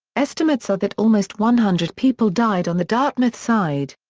estimates are that almost one hundred people died on the dartmouth side.